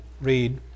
read